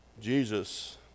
Jesus